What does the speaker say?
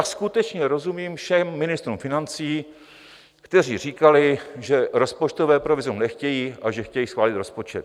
Skutečně rozumím všem ministrům financí, kteří říkali, že rozpočtové provizorium nechtějí a že chtějí schválit rozpočet.